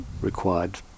required